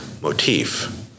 motif